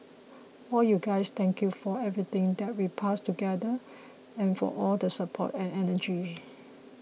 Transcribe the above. all you guys thank you for everything that we passed together and for all the support and energy